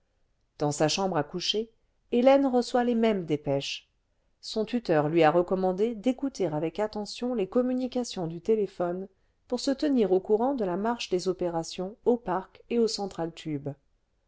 dans sa chambre à coucher hélène reçoit les mêmes dépêches son tuteur lui a recommandé d'écouter avec attention les communications du téléphone pour se tenir au courant de la marche des opérations an parc et au central tube